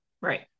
Right